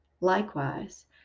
Likewise